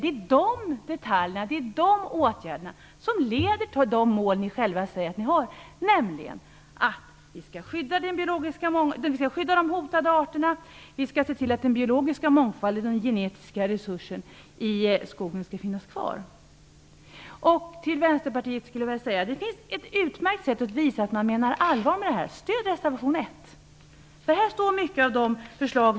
Det är de detaljerna, de åtgärderna, som leder till de mål ni säger er ha: att skydda de hotade arterna och se till att biologisk mångfald och genetiska resurser i skogen skall finnas kvar. Till Vänsterpartiet vill jag säga att det finns ett utmärkt sätt att visa att man menar allvar med detta: Stöd reservation 1! Där står många av våra förslag.